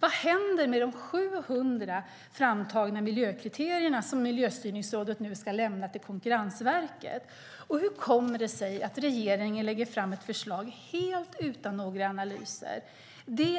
Vad händer med de 700 framtagna miljökriterier som Miljöstyrningsrådet nu ska lämna till Konkurrensverket? Hur kommer det sig att regeringen lägger fram ett förslag helt utan några analyser,